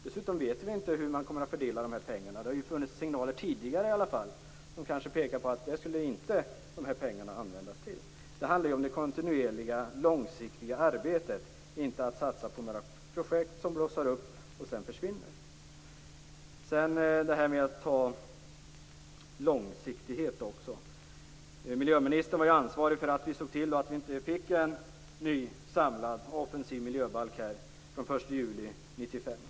Dessutom vet vi inte hur man kommer att fördela pengarna. Det har funnits signaler tidigare som tyder på att dessa pengar inte skulle användas till det. Det handlar om det kontinuerliga långsiktiga arbetet, inte att satsa på några projekt som blossar upp och sedan försvinner. Miljöministern var ansvarig för att vi inte fick en ny samlad och offensiv miljöbalk den 1 juli 1995.